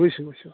বুজিছোঁ বুজিছোঁ